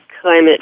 climate